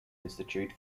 institute